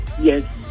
yes